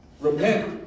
repent